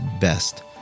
best